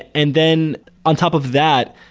and then on top of that,